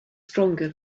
stronger